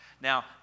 Now